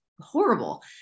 horrible